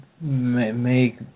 make